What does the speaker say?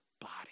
body